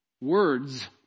words